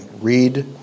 read